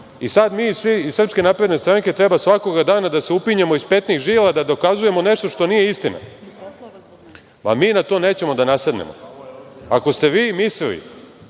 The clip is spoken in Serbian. i sada mi svi iz SNS treba svakoga dana da se upinjemo iz petnih žila da dokazujemo nešto što nije istina. Mi na to nećemo da nasednemo. Ako ste vi mislili